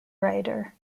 writer